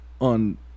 on